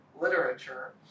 literature